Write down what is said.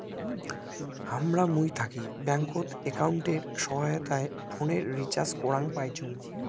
হামরা মুই থাকি ব্যাঙ্কত একাউন্টের সহায়তায় ফোনের রিচার্জ করাং পাইচুঙ